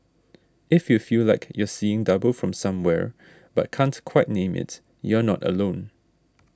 if you feel like you're seeing double from somewhere but can't quite name it you're not alone